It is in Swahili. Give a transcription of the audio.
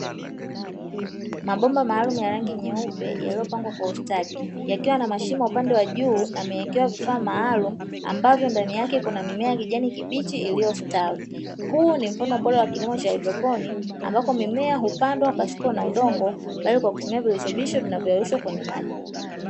Mabomba maalumu ya rangi nyeupe yaliyopangwa kwa ustadi yakiwa na mashimo upande wa juu na yemewekewa vifaa maalumu ambapo ndani yake kuna mimea ya kijani kibichi iliyostawi, huu ni mfano bora wa kilimo cha haidroponi ambapo mimea hupandwa pasipo na udongo bali kwa kutumia virutubisho vilivyoyeyushwa kwenye maji.